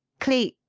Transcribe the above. cleek,